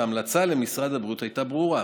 וההמלצה למשרד הבריאות הייתה ברורה: